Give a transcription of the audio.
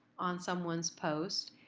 on someone's post.